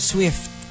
Swift